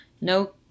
no